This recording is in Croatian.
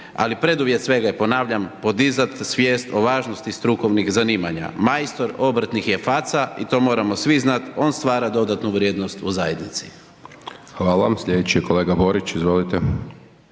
ali preduvjet svega je ponavljam, podizati svijest o važnosti strukovnih zanimanja, majstor obrtnik je faca i to moramo svi znat, on stvara dodatnu vrijednost u zajednici. **Hajdaš Dončić, Siniša (SDP)** Hvala. Slijedeći je kolega Borić, izvolite.